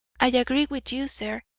i agree with you, sir.